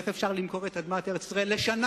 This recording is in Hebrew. איך אפשר למכור את אדמת ארץ-ישראל לשנה.